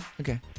Okay